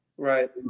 Right